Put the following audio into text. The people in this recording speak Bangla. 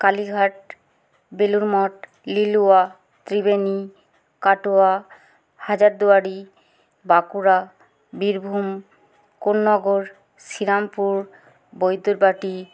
কালীঘাট বেলুরমঠ লিলুয়া ত্রিবেণী কাটোয়া হাজারদুয়ারি বাঁকুড়া বীরভূম কোন্নগর শ্রীরামপুর বৈদ্যবাটী